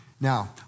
Now